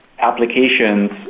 applications